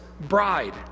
bride